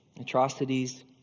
atrocities